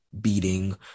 beating